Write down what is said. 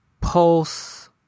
Pulse